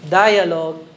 dialogue